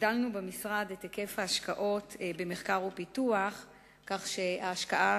הגדלנו במשרד את היקף ההשקעות במחקר ופיתוח כך שההשקעה